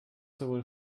sowohl